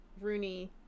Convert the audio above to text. Rooney